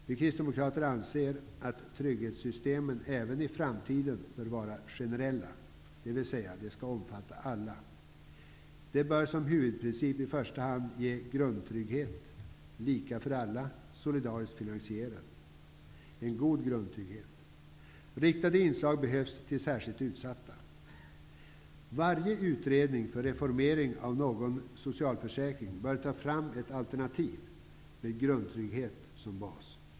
Vi kristdemokrater anser att trygghetssystemen även i framtiden bör vara generella, dvs. att de skall omfatta alla. De bör som huvudprincip i första hand ge en god grundtrygghet. De skall vara lika för alla, och de skall vara solidariskt fi nansierade. Riktade inslag behövs till särskilt ut satta. Varje utredning för reformering av någon socialförsäkring bör ta fram ett alternativ med grundtrygghet som bas.